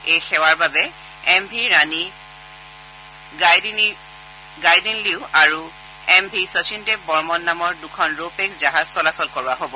এই সেৱাৰ বাবে এম ভি ৰাণী গাইডিনলিউ আৰু এম ভি শচীন দেৱ বৰ্মন নামৰ দুখন ৰো পেক্স জাহাজ চলাচল কৰোৱা হ'ব